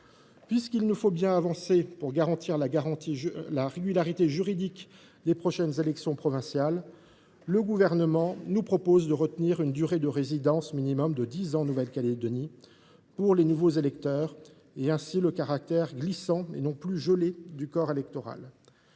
Puisqu’il nous faut bien avancer pour garantir la régularité juridique des prochaines élections provinciales, le Gouvernement nous propose de retenir une durée de résidence minimum de dix ans en Nouvelle Calédonie pour les nouveaux électeurs et, ainsi, un corps électoral glissant, et non plus gelé. Cette